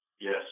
Yes